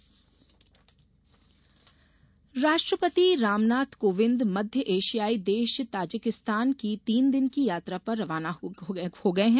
राष्ट्रपति यात्रा राष्ट्रपति रामनाथ कोविंद मध्य एशियाई देश ताजिकिस्तान की तीन दिन की यात्रा पर रवाना हो गये है